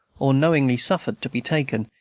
or knowingly suffered to be taken,